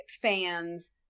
fans